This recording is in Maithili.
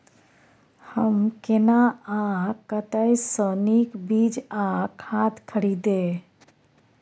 हम केना आ कतय स नीक बीज आ खाद खरीदे?